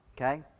okay